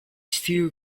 still